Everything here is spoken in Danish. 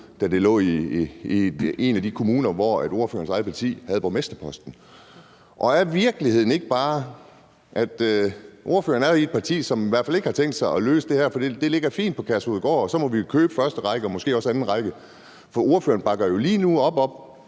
da det lå i en af de kommuner, hvor ordførerens eget parti havde borgmesterposten. Er virkeligheden ikke bare, at ordføreren er i et parti, som i hvert fald ikke har tænkt sig at løse det her, fordi det ligger fint på Kærshovedgård, og så må vi jo købe første række og måske også anden række? For ordføreren bakker jo lige nu op,